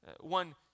One